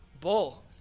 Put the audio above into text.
bull